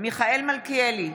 מיכאל מלכיאלי,